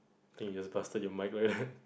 I think you just busted you mic leh